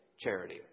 charity